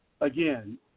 Again